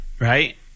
right